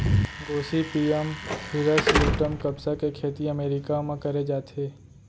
Gossypium हिरस्यूटम कपसा के खेती अमेरिका म करे जाथे